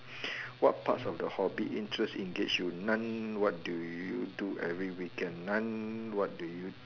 what parts of the hobby interest engage you none what do you every weekend none what do you